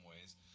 ways